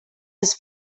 his